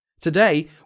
Today